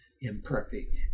imperfect